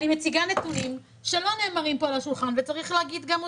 אני מציגה נתונים שלא נאמרים פה על השולחן וצריך להגיד גם אותם.